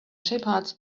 shepherds